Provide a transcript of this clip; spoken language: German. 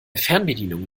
fernbedienung